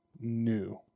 new